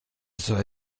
soll